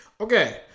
Okay